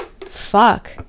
fuck